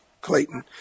Clayton